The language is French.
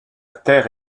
terre